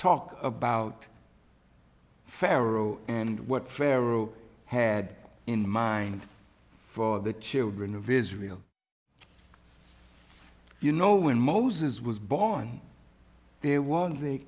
talk about pharaoh and what pharaoh had in mind for the children of israel you know when moses was born there was a